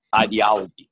ideology